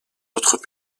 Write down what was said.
autres